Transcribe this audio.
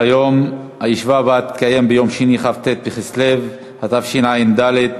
ארבעה בעד, אין מתנגדים, אין נמנעים.